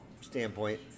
standpoint